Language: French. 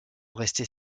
restait